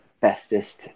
bestest